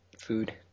food